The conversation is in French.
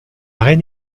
reine